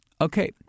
Okay